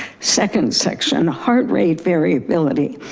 second section heart rate variability.